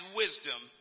wisdom